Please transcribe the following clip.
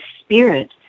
spirit